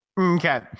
Okay